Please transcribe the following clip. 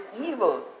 evil